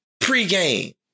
pregame